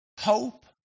hope